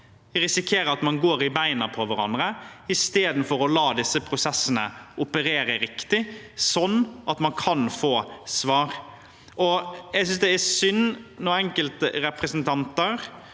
risikerer man å gå i beina på hverandre istedenfor å la disse prosessene operere riktig slik at man kan få svar. Jeg synes det er synd når enkelte representanter